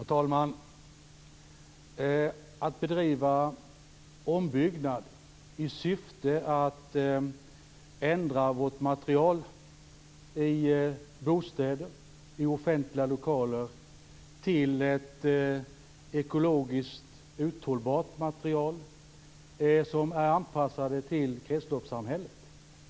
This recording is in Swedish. Herr talman! Det är oerhört viktigt att bedriva ombyggnad i bostäder och offentliga lokaler i syfte att införa ekologiskt hållbart material anpassat till kretsloppssamhället.